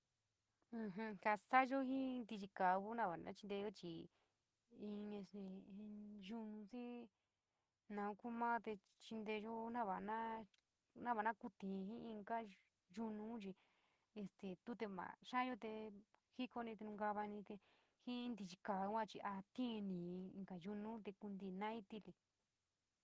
Ja sa´ayo ji jitiyi kaa kuu no va chinteyo chi in siri in yuno xii naun kuu maa chinteyo no va naa no va kuuiri jiri inta ynouun chi este tuo te va xiayo te jikoin te nomikavoi te jioo niiyi kaa te a tii inii inka yunun kunti nai tili.